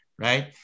Right